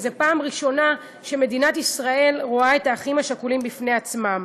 כי זו פעם ראשונה שמדינת ישראל רואה את האחים השכולים בפני עצמם.